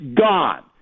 gone